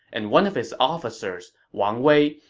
and one of his officers, wang wei,